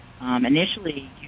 initially